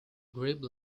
grape